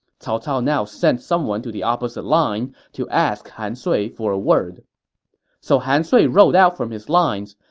cao cao now sent someone to the opposite lines to ask han sui for a word so han sui rode out from his lines.